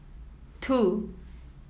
two